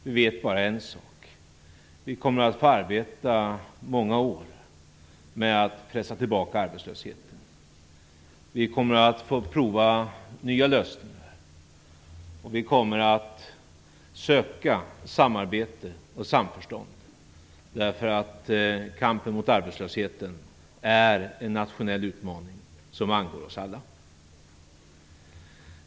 Vi vet bara en sak: Vi kommer att få arbeta många år med att pressa tillbaka arbetslösheten. Vi kommer att få prova nya lösningar. Vi kommer att söka samarbete och samförstånd därför att kampen mot arbetslösheten är en nationell utmaning som angår oss alla.